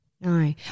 No